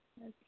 Okay